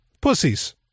pussies